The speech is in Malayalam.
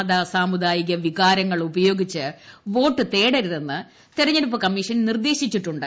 മത സാമുദായിക വികാരങ്ങൾ ഉപയോഗിച്ച് വോട്ട് തേടരുതെന്ന് തെരഞ്ഞെടുപ്പ് കമ്മീഷൻ നിർദ്ദേശിച്ചിട്ടുണ്ട്